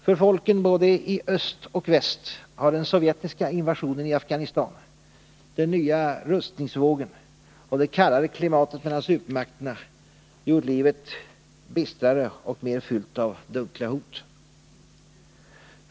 För folken i både öst och väst har den sovjetiska invasionen i Afghanistan, den nya rustningsvågen och det kallare klimatet mellan supermakterna gjort livet bistrare och mer fyllt av dunkla hot.